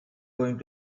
going